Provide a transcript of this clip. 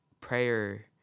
prayer